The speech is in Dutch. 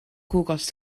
koelkast